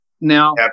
now